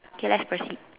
okay let's proceed